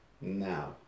Now